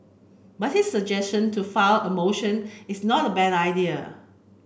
but his suggestion to file a motion is not a bad idea